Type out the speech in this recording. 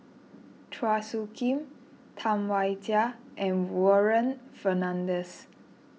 Chua Soo Khim Tam Wai Jia and Warren Fernandez